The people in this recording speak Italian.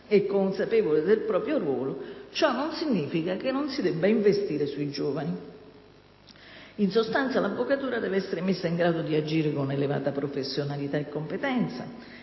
e consapevole del proprio ruolo, ciò non significa che non si debba investire sui giovani. In sostanza, l'avvocatura deve essere messa in grado di agire con elevata professionalità e competenza